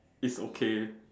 it's okay